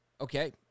Okay